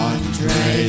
Andre